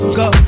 go